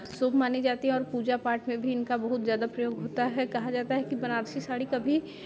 शुभ मानी जाती हैं और पूजा पाठ में भी इनका बहुत ज़्यादा प्रयोग होता है कहा जाता है कि बनारसी साड़ी कभी